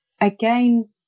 again